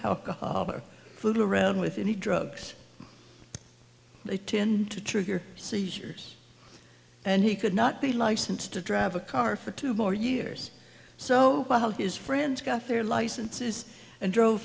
alcohol or food around with any drugs they tend to trigger seizures and he could not be licensed to drive a car for two more years so while his friends got their licenses and drove